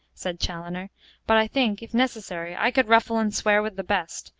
said chaloner but i think, if necessary, i could ruffle and swear with the best,